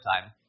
time